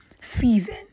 season